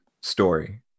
story